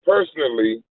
Personally